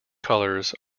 colors